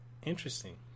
Interesting